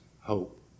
hope